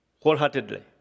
wholeheartedly